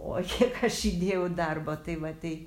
o kiek aš įdėjau darbo tai va tai